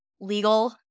legal